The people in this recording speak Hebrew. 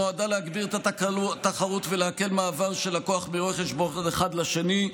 שנועדה להגביר את התחרות ולהקל מעבר של לקוח מרואה חשבון אחד לשני,